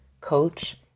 coach